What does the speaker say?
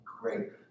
great